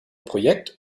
projekt